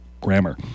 Grammar